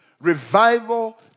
Revival